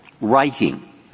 Writing